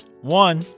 One